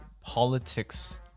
politics